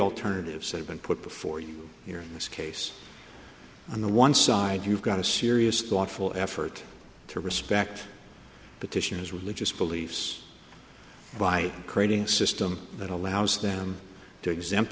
alternative so they've been put before you here in this case on the one side you've got a serious thoughtful effort to respect petitioners religious beliefs by creating system that allows them to exempt